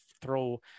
throw